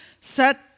set